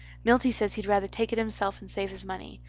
milty says he'd rather take it himself and save his money.